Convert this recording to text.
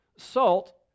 salt